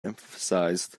emphasized